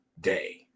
day